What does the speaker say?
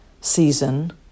season